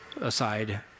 aside